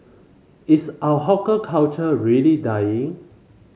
is our hawker culture really dying